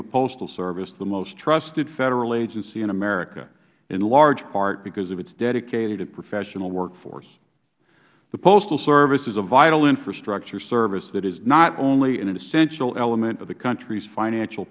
the postal service the most trusted federal agency in america in large part because of its dedicated and professional workforce the postal service is a vital infrastructure service that is not only an essential element of the country's financial